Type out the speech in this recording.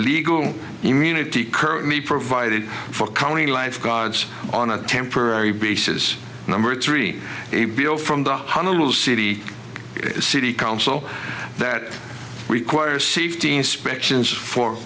legal immunity currently provided for county lifeguards on a temporary basis number three a bill from the honolulu city city council that requires safety inspections for